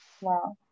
wow